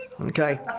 Okay